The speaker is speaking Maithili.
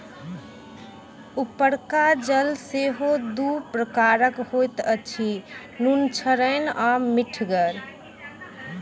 उपरका जल सेहो दू प्रकारक होइत अछि, नुनछड़ैन आ मीठगर